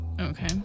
Okay